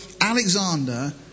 Alexander